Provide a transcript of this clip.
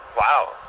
wow